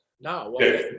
no